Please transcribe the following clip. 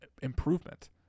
improvement